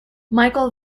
michael